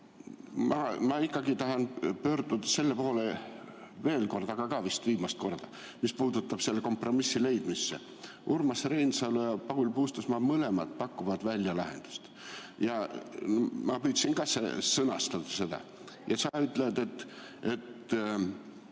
Ma ikkagi tahan pöörduda selle juurde, veel kord, aga ka vist viimast korda, mis puudutab selle kompromissi leidmist. Urmas Reinsalu ja Paul Puustusmaa mõlemad pakuvad välja lahenduse. Ma püüdsin ka seda sõnastada. Sa ütled, et